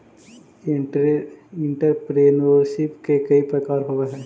entrepreneurship के कई प्रकार होवऽ हई